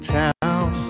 town